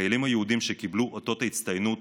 החיילים היהודים שקיבלו אותות הצטיינות